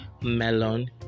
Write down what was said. melon